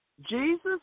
Jesus